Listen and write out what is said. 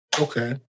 Okay